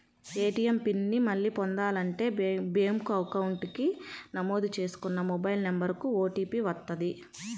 ATM pin ని మళ్ళీ పొందాలంటే బ్యేంకు అకౌంట్ కి నమోదు చేసుకున్న మొబైల్ నెంబర్ కు ఓటీపీ వస్తది